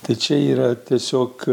tai čia yra tiesiog